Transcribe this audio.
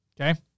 Okay